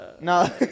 No